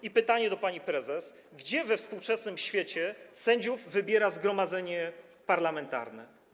I pytanie do pani prezes: Gdzie we współczesnym świecie sędziów wybiera zgromadzenie parlamentarne?